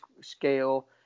scale